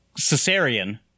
cesarean